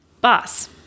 Boss